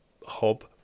hob